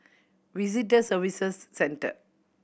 Visitor Services Center